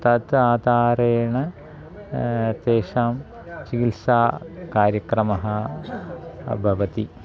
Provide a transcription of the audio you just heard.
तत् आधारेण तेषां चिकित्सा कार्यक्रमः भवति